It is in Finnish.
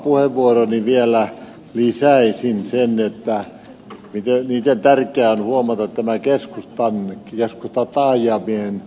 aikaisempaan puheenvuoroon vielä lisäisin sen miten tärkeää on huomata tämä keskustataajamien kehittäminen